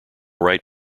right